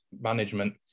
management